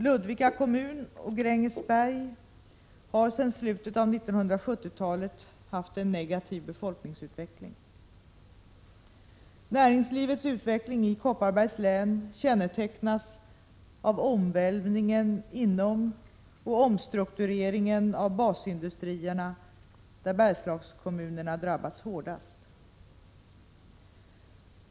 Ludvika kommun och Grängesberg har sedan slutet av 1970-talet haft en negativ befolkningsutveckling. Näringslivets utveckling i Kopparbergs län kännetecknas av omvälvningen inom och omstruktureringen av basindustrierna där Bergslagskommunerna drabbats hårdast.